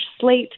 slate